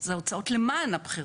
אז ההוצאות למען הבחירות.